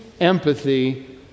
empathy